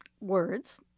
words